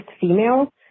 female